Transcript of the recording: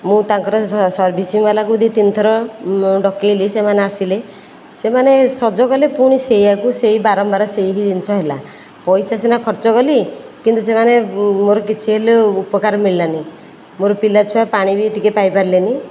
ମୁଁ ତାଙ୍କର ସର୍ଭିସିଂ ବାଲାଙ୍କୁ ଦୁଇ ତିନିଥର ମୁଁ ଡକେଇଲି ସେମାନେ ଆସିଲେ ସେମାନେ ସଜ କଲେ ପୁଣି ସେୟାକୁ ସେହି ବାରମ୍ବାର ପୁଣି ସେହି ଜିନିଷ ହିଁ ହେଲା ପଇସା ସିନା ଖର୍ଚ୍ଚ କଲି କିନ୍ତୁ ସେମାନେ ମୋର କିଛିହେଲେ ମୋର ଉପକାର ମିଳିଲାନି ମୋର ପିଲା ଛୁଆ ପାଣି ବି ଟିକିଏ ପାଇପାରିଲେନି